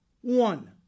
one